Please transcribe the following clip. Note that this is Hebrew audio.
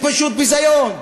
זה פשוט ביזיון.